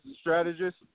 strategist